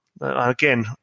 Again